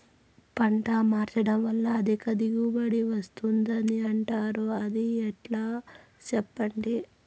పంట మార్చడం వల్ల అధిక దిగుబడి వస్తుందని అంటారు అది ఎట్లా సెప్పండి